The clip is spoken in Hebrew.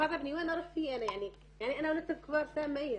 במקרים שלנו נותנים רק את השחרור שהיא ילדה פה בבית חולים.